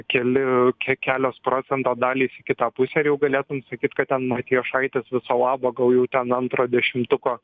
keli ke kelios procento dalys į kitą pusę ir jau galėtum sakyt kad ten matijošaitis viso labo gal jau ten antro dešimtuko